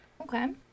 Okay